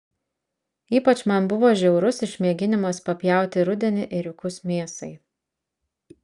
ypač man buvo žiaurus išmėginimas papjauti rudenį ėriukus mėsai